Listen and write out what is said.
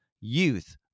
Youth